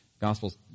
Gospels